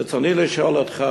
ברצוני לשאול אותך,